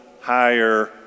higher